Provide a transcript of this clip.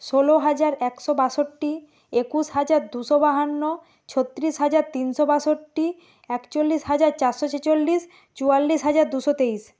ষোলো হাজার একশো বাষট্টি একুশ হাজার দুশো বাহান্ন ছত্রিশ হাজার তিনশো বাষট্টি একচল্লিশ হাজার চারশো ছেচল্লিশ চুয়াল্লিশ হাজার দুশো তেইশ